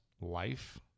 life